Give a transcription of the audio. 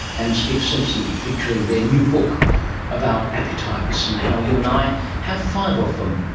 and steve simpson, featuring their new book about appetites and how you and i have five of them